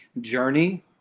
journey